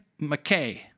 McKay